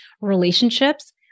relationships